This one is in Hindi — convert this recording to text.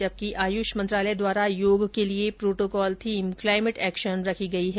जबकि आयुष मंत्रालय द्वारा योग के लिये प्रोटोकॉल थीम क्लाईमेट एक्शन रखी गई है